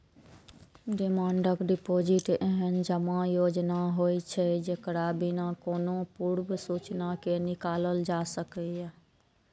demand deposit एहन जमा योजना होइ छै, जेकरा बिना कोनो पूर्व सूचना के निकालल जा सकैए